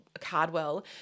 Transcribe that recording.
Cardwell